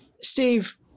Steve